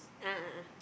a'ah a'ah